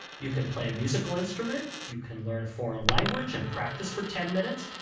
you can play a musical instrument, you can learn a foreign language and practise for ten minutes,